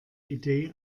idee